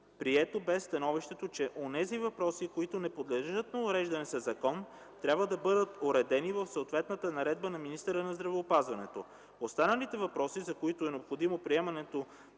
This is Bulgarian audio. Прието бе становището, че онези въпроси, които не подлежат на уреждане със закон, трябва да бъдат уредени в съответна наредба на министъра на здравеопазването. Останалите въпроси, за които е необходимо приемането